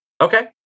okay